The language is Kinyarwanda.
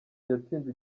yatsinze